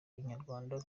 inyarwanda